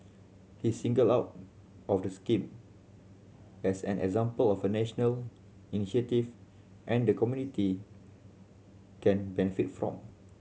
he singled out of the scheme as an example of a national initiative and the community can benefit from